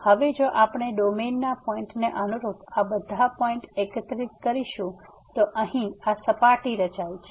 તેથી હવે જો આપણે ડોમેનના પોઇન્ટને અનુરૂપ આ બધા પોઈન્ટ એકત્રિત કરીશું તો અહી આ સપાટી રચાય છે